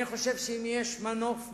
אני חושב, אם יש מנוף מיידי,